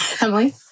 Emily